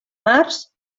març